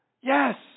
Yes